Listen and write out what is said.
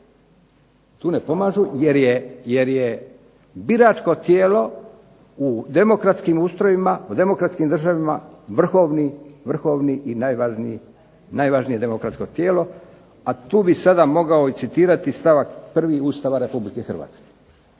u demokratskim ustrojima, u demokratskim državama vrhovni i najvažnije demokratsko tijelo, a tu bih sada mogao i citirati stavak 1. Ustava Republike Hrvatske.